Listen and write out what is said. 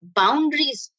boundaries